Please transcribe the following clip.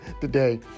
today